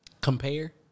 compare